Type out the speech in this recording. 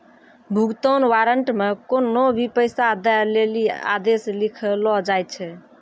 भुगतान वारन्ट मे कोन्हो भी पैसा दै लेली आदेश लिखलो जाय छै